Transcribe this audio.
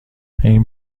این